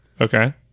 Okay